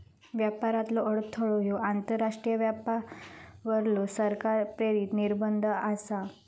व्यापारातलो अडथळो ह्यो आंतरराष्ट्रीय व्यापारावरलो सरकार प्रेरित निर्बंध आसा